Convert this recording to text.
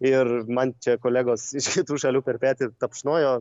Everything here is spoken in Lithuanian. ir man čia kolegos iš kitų šalių per petį tapšnojo